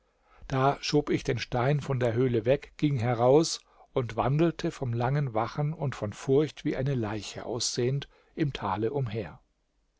da schob ich den stein von der höhle weg ging heraus und wandelte vom langen wachen und von furcht wie eine leiche aussehend im tale umher